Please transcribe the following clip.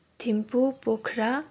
Thimphu Pokhara